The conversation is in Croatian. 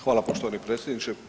Hvala poštovani predsjedniče.